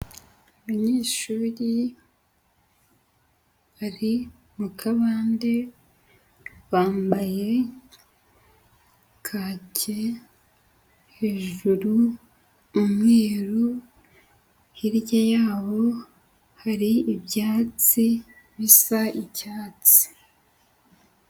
Abanyeshuri bari mu kabande bambaye kake, hejuru umweru, hirya yabo hari ibyatsi bisa icyatsi.